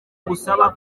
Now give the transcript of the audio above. ngusaba